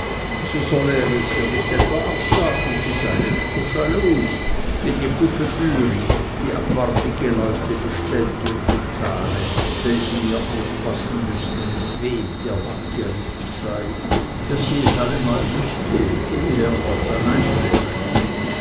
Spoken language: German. so solle er es ihr nicht etwa absagen sie sei nicht so schalus wie die gufebüri die apartige leute bestelle und bezahle welche ihr aufpassen müßten mit wem ihr mann geritten sei daß sie es allemal wüßte ehe er noch heim wäre